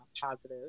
positive